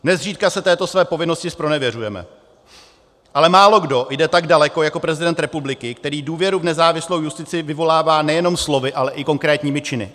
Nezřídka se této své povinnosti zpronevěřujeme, ale málokdo jde tak daleko jako prezident republiky, který důvěru v nezávislou justici vyvolává nejenom slovy, ale i konkrétními činy.